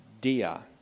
dia